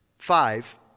Five